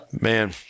man